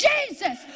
Jesus